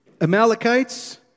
Amalekites